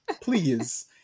please